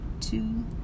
two